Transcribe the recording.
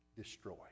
destroy